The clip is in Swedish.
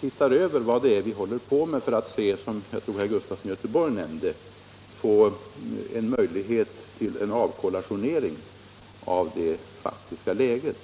tittar över vad det är vi håller på med för att — som jag tror att herr Gustafson i Göteborg nämnde — få en möjlighet till kollationering av det faktiska läget.